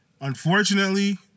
unfortunately